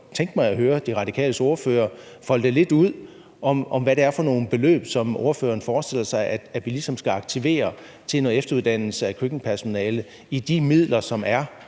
tænke mig at høre De Radikales ordfører folde det lidt ud, med hensyn til hvad det er for nogle beløb, som ordføreren forestiller sig at vi ligesom skal aktivere til noget efteruddannelse af køkkenpersonale fra de midler, som er